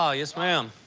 oh, yes, ma'am.